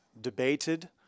debated